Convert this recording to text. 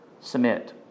submit